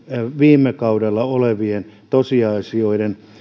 viime kaudella olleiden tosiasioiden